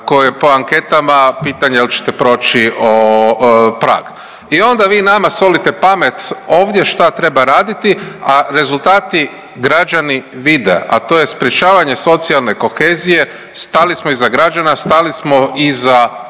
koje po anketama, pitanje je li ćete proći prag i onda vi nama solite pamet ovdje šta treba raditi, a rezultati, građani vide, a to je sprječavanje socijalne kohezije, stali smo iza građana, stali smo iza